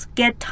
get